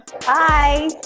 Bye